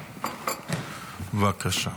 בבקשה.